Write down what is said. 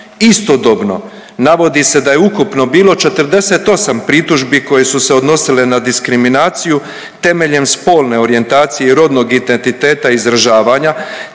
Istodobno navodi se da je ukupno bilo 48 pritužbi koje su se odnosile na diskriminaciju temeljem spolne orijentacije i rodnog identiteta izražavanja,